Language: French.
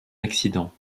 accident